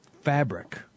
fabric